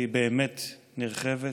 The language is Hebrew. והיא באמת נרחבת.